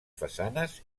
façanes